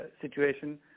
situation